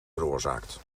veroorzaakt